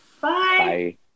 Bye